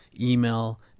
email